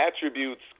attributes